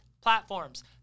platforms